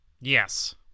Yes